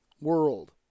world